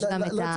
יש גם את החוק.